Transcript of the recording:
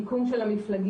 מיקום של המפלגים.